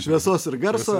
šviesos ir garso